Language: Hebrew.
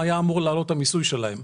היה אמור לעלות המיסוי שלהם.